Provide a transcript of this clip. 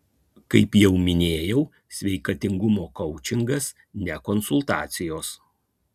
kaip jau minėjau sveikatingumo koučingas ne konsultacijos